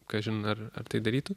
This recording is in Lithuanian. kažin ar ar tai darytų